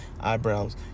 Eyebrows